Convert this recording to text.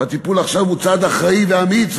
והטיפול עכשיו הוא צעד אחראי ואמיץ,